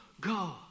go